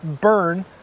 burn